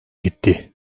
gitti